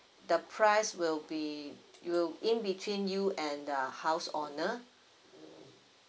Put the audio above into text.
the price will be it will in between you and the house owner